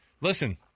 Listen